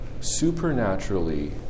supernaturally